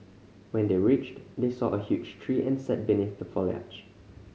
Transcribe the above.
when they reached they saw a huge tree and sat beneath the foliage